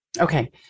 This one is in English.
Okay